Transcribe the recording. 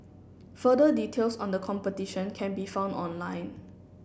further details on the competition can be found online